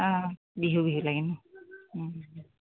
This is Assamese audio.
অঁ বিহু বিহু লাগে ন